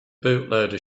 bootloader